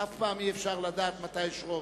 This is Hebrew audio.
אף פעם אי-אפשר לדעת מתי יש רוב.